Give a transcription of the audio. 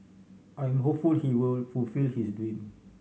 I am hopeful he will fulfil his dream